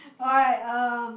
alright um